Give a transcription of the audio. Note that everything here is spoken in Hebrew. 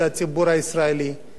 מה אנחנו יכולים ללמד,